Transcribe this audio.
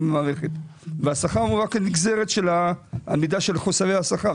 במערכת והשכר הוא רק הנגזרת של המידה של חוסרי השכר,